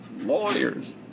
Lawyers